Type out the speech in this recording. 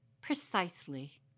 Precisely